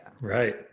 right